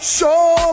Show